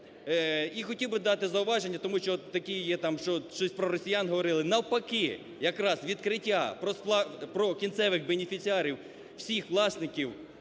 І хотів би дати зауваження, тому що такі є, там, що щось про росіян говорили. Навпаки якраз відкриття про кінцевих бенефіціарів всіх власників